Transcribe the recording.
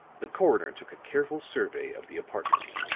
the coroner took a careful survey of the apartment.